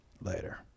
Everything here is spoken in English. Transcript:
Later